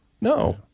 No